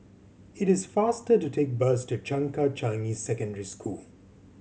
it is faster to take the bus to Changkat Changi Secondary School